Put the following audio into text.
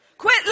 Quit